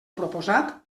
proposat